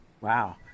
Wow